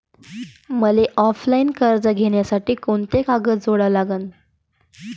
मले ऑफलाईन कर्ज घ्यासाठी कोंते कागद जोडा लागन?